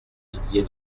didier